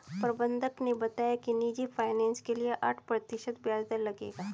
प्रबंधक ने बताया कि निजी फ़ाइनेंस के लिए आठ प्रतिशत ब्याज दर लगेगा